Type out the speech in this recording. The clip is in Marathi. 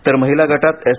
तर महीला गटात एस